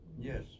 Yes